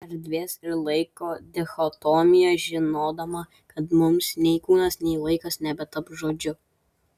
erdvės ir laiko dichotomija žinodama kad mums nei kūnas nei laikas nebetaps žodžiu